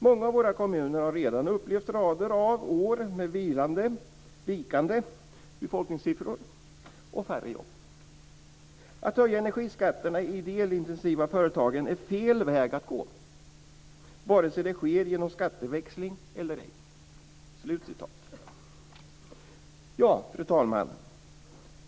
Många av våra kommuner har redan upplevt rader av år med vikande befolkningssiffror och färre jobb. Att höja energiskatterna i de elintensiva företagen är fel väg att gå, vare sig det sker genom skatteväxling eller ej." Fru talman!